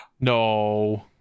No